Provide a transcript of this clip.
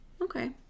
okay